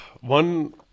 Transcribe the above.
One